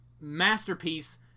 masterpiece